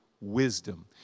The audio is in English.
wisdom